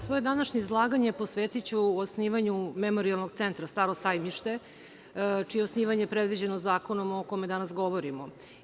Svoje današnje izlaganje posvetiću osnivanju Memorijalnog centra „Staro sajmište“, čije je osnivanje predviđeno zakonom o kome danas govorimo.